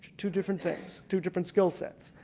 two different things two different skill sets.